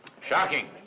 Shocking